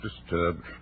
disturbed